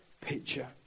picture